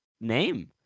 name